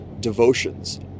devotions